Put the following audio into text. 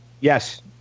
Yes